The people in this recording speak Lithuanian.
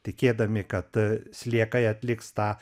tikėdami kad a sliekai atliks tą